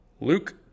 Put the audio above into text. Luke